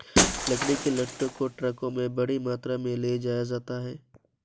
लकड़ी के लट्ठों को ट्रकों में बड़ी मात्रा में ले जाया जाता है